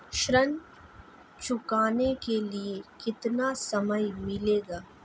ऋण चुकाने के लिए कितना समय मिलेगा?